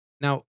Now